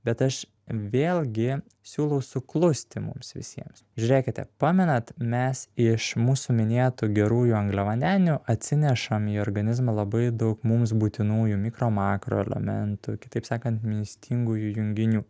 bet aš vėlgi siūlau suklusti mums visiems žiūrėkite pamenat mes iš mūsų minėtų gerųjų angliavandenių atsinešam į organizmą labai daug mums būtinųjų mikro makroelementų kitaip sakant maistingųjų junginių